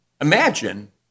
Imagine